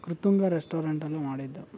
ಕೃತುಂಗ ರೆಸ್ಟೋರೆಂಟಲ್ಲಿ ಮಾಡಿದ್ದು